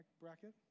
bracket